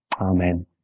Amen